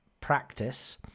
practice